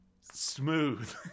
smooth